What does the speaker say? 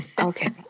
Okay